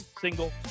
single